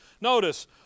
notice